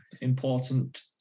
important